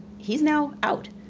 he's now out,